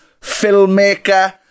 filmmaker